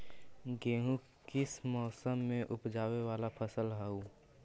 गेहूं किस मौसम में ऊपजावे वाला फसल हउ?